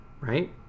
Right